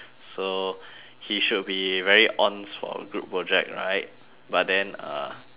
so he should be very onz for group project right but then uh